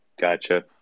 gotcha